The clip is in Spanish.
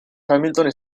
hamilton